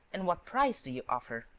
and what price do you offer?